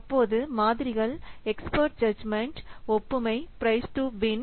அப்போது மாதிரிகள் experts judgement ஒப்புமை பிரைஸ் டூ வின்